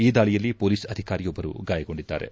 ಈ ದಾಳಿಯಲ್ಲಿ ಪೊಲೀಸ್ ಅಧಿಕಾರಿಯೊಬ್ಬರು ಗಾಯಗೊಂಡಿದ್ದಾರೆ